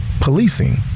policing